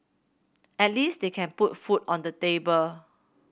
at least they can put food on the table